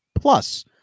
plus